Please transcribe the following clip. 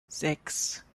sechs